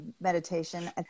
meditation